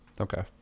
Okay